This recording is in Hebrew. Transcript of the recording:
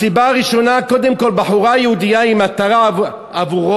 הסיבה הראשונה: קודם כול הבחורה היהודייה היא מטרה עבורו,